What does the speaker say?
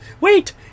wait